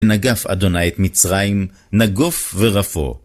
נגף אדוני את מצרים, נגוף ורפוא.